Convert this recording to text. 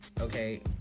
okay